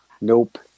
Nope